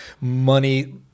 money